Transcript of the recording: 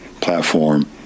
platform